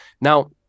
Now